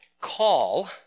Call